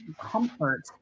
comfort